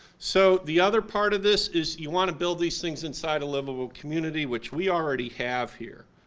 so, the other part of this is you want to build these things inside a liveable community which we already have here.